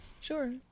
Sure